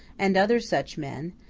and other such men,